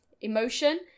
emotion